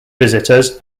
visitors